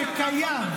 שקיים,